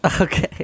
Okay